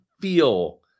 feel